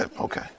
Okay